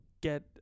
get